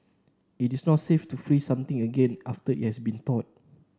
it is not safe to freeze something again after it has been thawed